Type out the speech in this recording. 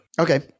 Okay